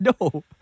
No